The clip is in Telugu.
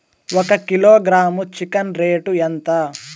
ఒక కిలోగ్రాము చికెన్ రేటు ఎంత?